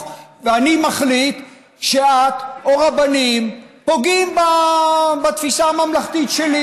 ואני מחליט שאת או רבנים פוגעים בתפיסה הממלכתית שלי.